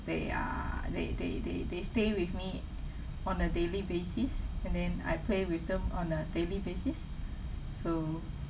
they err they they they they stay with me on a daily basis and then I play with them on a daily basis so